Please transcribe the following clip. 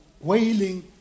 Wailing